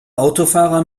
autofahrer